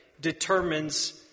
determines